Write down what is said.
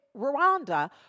Rwanda